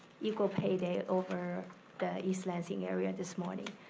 equal pay day over the east lansing area this morning.